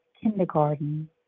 kindergarten